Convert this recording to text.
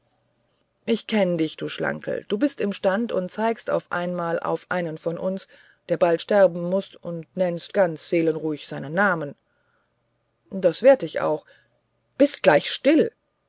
ich kenn dich du schlankel du bist imstand und zeigst auf einmal auf einen unter uns der bald sterben muß und nennst ganz seelenruhig seinen namen das werd ich auch bist gleich still